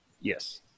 Yes